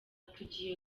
tugiye